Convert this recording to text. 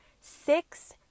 six